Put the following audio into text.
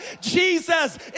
Jesus